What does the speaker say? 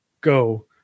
go